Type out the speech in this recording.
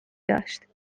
داشت